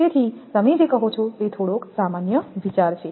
તેથી તમે જે કહો છો તે થોડોક સામાન્ય વિચાર છે